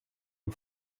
aux